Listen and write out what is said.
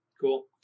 cool